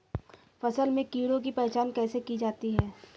फसल में कीड़ों की पहचान कैसे की जाती है?